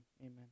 amen